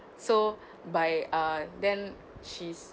so by uh then she's